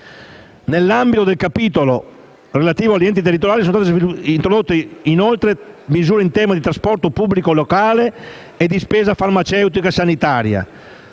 Nell'ambito del capitolo dedicato agli enti territoriali, sono state introdotte inoltre misure in tema di trasporto pubblico locale e di spesa farmaceutica e sanitaria.